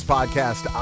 Podcast